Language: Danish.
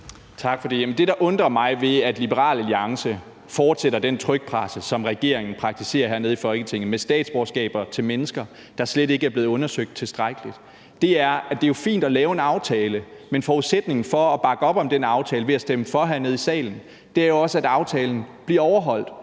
det. Det undrer mig, at Liberal Alliance er med på den trykpresse, som regeringenbruger hernede i Folketinget, hvor man giver statsborgerskaber til mennesker, der slet ikke er blevet undersøgt tilstrækkeligt. Det jo er fint at lave en aftale, men forudsætningen for at bakke op om den aftale ved at stemme for forslaget hernede i salen, er jo også, at aftalen bliver overholdt,